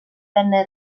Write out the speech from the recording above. venne